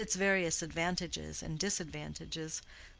with its various advantages and disadvantages,